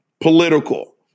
political